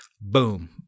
boom